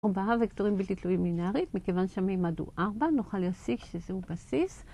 ארבעה וקטורים בלתי תלויים לינארית, מכיוון שהמימד הוא ארבע, נוכל להסיק שזהו בסיס.